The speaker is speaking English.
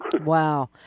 wow